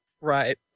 Right